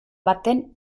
baten